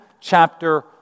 chapter